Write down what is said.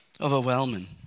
Overwhelming